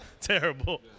Terrible